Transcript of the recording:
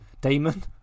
Damon